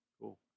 Cool